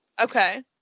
okay